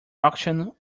auction